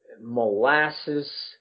molasses